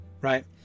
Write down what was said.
right